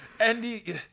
andy